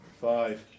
Five